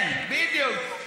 כן, בדיוק.